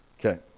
Okay